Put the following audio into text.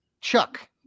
Chuck